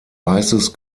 weißes